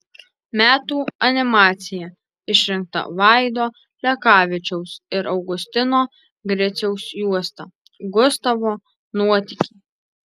metų animacija išrinkta vaido lekavičiaus ir augustino griciaus juosta gustavo nuotykiai